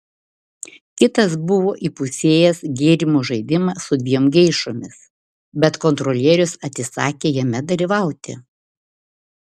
kitas buvo įpusėjęs gėrimo žaidimą su dviem geišomis bet kontrolierius atsisakė jame dalyvauti